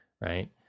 right